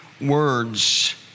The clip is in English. words